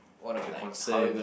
one of the concerns